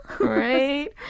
Right